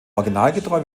originalgetreu